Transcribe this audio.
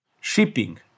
Shipping